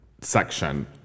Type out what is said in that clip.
section